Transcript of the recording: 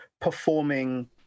performing